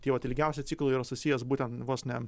tie vat ilgiausi ciklai yra susijęs būtent vos ne